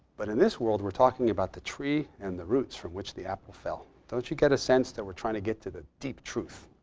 but in this world we're talking about the tree and the roots from which the apple fell. don't you get a sense that we're trying to get to the deep truth?